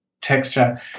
Texture